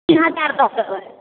तीन हजार दऽ सकबै